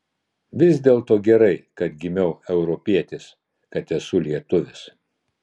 vis dėlto gerai kad gimiau europietis kad esu lietuvis